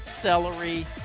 Celery